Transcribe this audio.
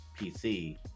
PC